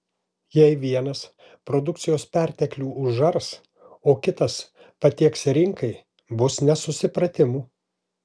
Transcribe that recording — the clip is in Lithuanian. jei vienas produkcijos perteklių užars o kitas patieks rinkai bus nesusipratimų